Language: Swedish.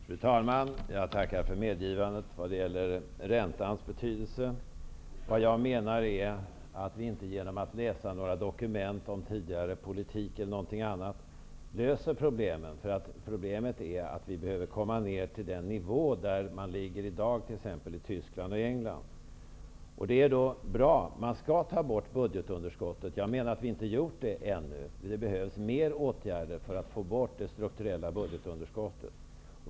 Fru talman! Jag tackar för medgivandet vad gäller räntans betydelse. Vad jag menar är att vi inte löser problemet genom att läsa några dokument om tidigare politik eller någonting sådant, för problemet är att vi behöver få ner räntan till den nivå där den ligger i dag t.ex. i Tyskland och Man skall då ta bort budgetunderskottet. Jag menar att vi inte har gjort det ännu. Det behövs mer åtgärder för att få bort det strukturella budgetunderskottet.